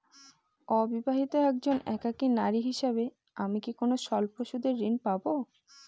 অবিবাহিতা একজন একাকী নারী হিসেবে আমি কি কোনো স্বল্প সুদের ঋণ পাব?